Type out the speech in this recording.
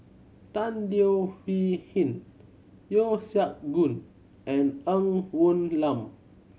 Tan Leo Hee Hin Yeo Siak Goon and Ng Woon Lam